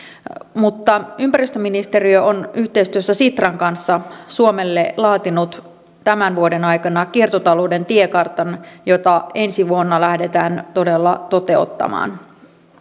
mutta ympäristöministeriö on yhteistyössä sitran kanssa laatinut suomelle tämän vuoden aikana kiertotalouden tiekartan jota ensi vuonna lähdetään todella toteuttamaan